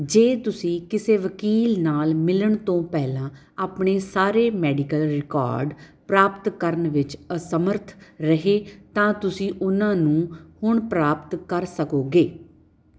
ਜੇ ਤੁਸੀਂ ਕਿਸੇ ਵਕੀਲ ਨਾਲ ਮਿਲਣ ਤੋਂ ਪਹਿਲਾਂ ਆਪਣੇ ਸਾਰੇ ਮੈਡੀਕਲ ਰਿਕੋਰਡ ਪ੍ਰਾਪਤ ਕਰਨ ਵਿੱਚ ਅਸਮਰੱਥ ਰਹੇ ਤਾਂ ਤੁਸੀਂ ਉਨ੍ਹਾਂ ਨੂੰ ਹੁਣ ਪ੍ਰਾਪਤ ਕਰ ਸਕੋਗੇ